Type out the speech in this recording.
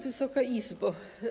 Wysoka Izbo!